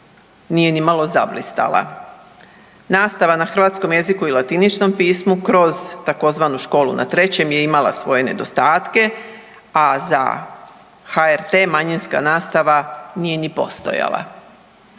nije nimalo zablistala. Nastava na hrvatskom jeziku i latiničnom pismu kroz tzv. Školu na Trećem je imala svoje nedostatke, a za HRT manjinska nastava nije ni postojala.